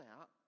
out